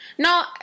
No